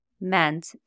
meant